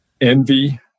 envy